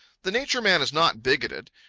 the nature man is not bigoted.